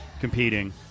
competing